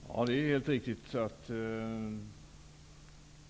Fru talman! Det är helt riktigt att